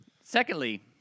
Secondly